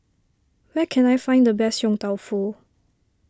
where can I find the best Yong Tau Foo